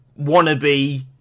wannabe